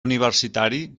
universitari